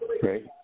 Great